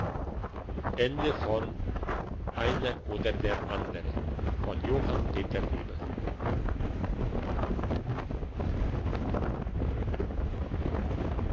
einer oder der andere